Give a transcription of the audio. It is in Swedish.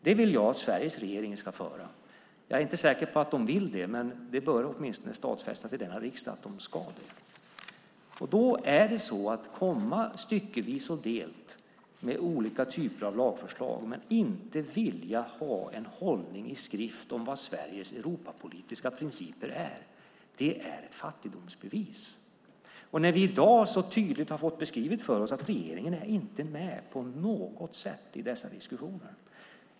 Den vill jag att Sveriges regering ska föra. Jag är inte säker på att de vill det, men det bör åtminstone stadfästas i denna riksdag att de ska det. Det är ett fattigdomsbevis att komma styckevis och delt med olika typer av lagförslag men inte vilja ha en hållning i skrift om vad Sveriges Europapolitiska principer är. I dag har vi tydligt fått beskrivet för oss att regeringen inte på något sätt är med i dessa diskussioner.